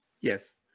Yes